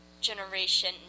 generation